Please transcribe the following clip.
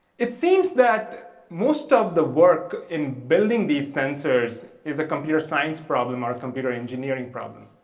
it seems that most of the work in building these sensors is a computer science problem or computer engineering problem.